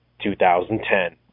2010